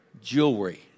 jewelry